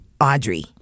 Audrey